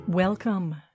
Welcome